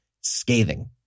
scathing